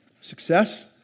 success